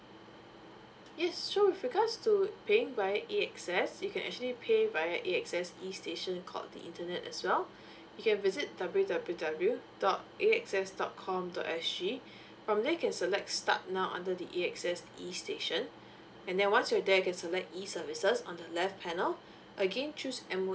yes so with regards to paying via AXS you can actually pay via AXS e station called the internet as well you can visit w w w dot a x s dot com dot s g from there you can select start now under the AXS e station and then once you're there you can select e services on the left panel again choose M_O_E